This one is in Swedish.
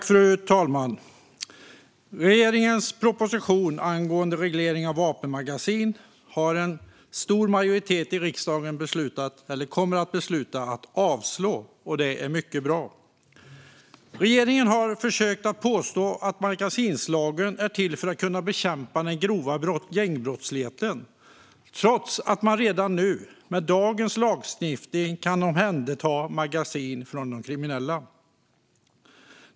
Fru talman! Regeringens proposition angående reglering av vapenmagasin kommer en stor majoritet i riksdagen att besluta att avslå. Det är mycket bra. Regeringen har försökt påstå att magasinlagen är till för att kunna bekämpa den grova gängbrottsligheten, trots att man redan nu med dagens lagstiftning kan omhänderta magasin från de kriminella.